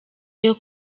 iyo